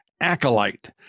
acolyte